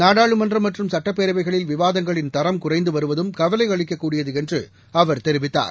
நாடாளுமன்றம் மற்றும் சட்டப்பேரவைகளில் விவாதங்களின் தரம் குறைந்து வருவதும் கவலை அளிக்கக்கூடியது என்று அவர் தெரிவித்தார்